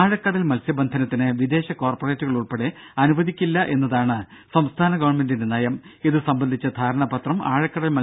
ആഴക്കടൽ മത്സ്യബന്ധനത്തിന് വിദേശ കോർപ്പറേറ്റുകൾ ഉൾപ്പെടെ അനുവദിക്കില്ലെന്നതാണ് സംസ്ഥാന ഗവൺമെന്റിന്റെ ഇതു സംബന്ധിച്ച ധാരണാപത്രം ആഴക്കടൽ നയം